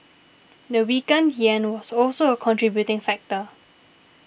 the weakened yen was also a contributing factor